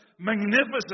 magnificent